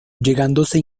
llegándose